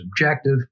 objective